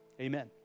amen